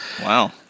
wow